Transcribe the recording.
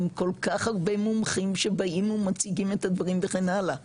עם כל כך הרבה מומחים שבאים ומציגים את הדברים וכן הלאה.